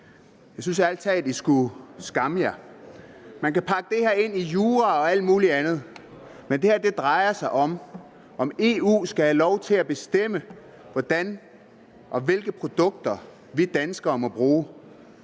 Jeg synes ærlig talt, at de skulle skamme sig. Man kan pakke det her ind i jura og alt mulig andet, men det drejer sig om, om EU skal lov til at bestemme, hvilke produkter vi danskere må bruge,